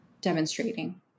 demonstrating